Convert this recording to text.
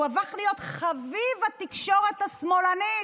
הוא הפך להיות חביב התקשורת השמאלנית,